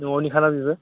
न'निखा ना बेबो